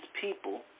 people